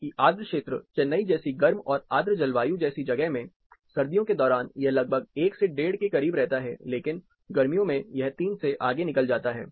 जबकि आर्द्र क्षेत्र चेन्नई जैसी गर्म और आर्द्र जलवायु जैसी जगह में सर्दियों के दौरान यह लगभग 1 से 15 के करीब रहता है लेकिन गर्मियों में यह 3 से आगे निकल जाता है